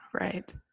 Right